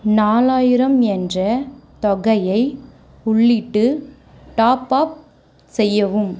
நாலாயிரம் என்ற தொகையை உள்ளிட்டு டாப் அப் செய்யவும்